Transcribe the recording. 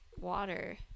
water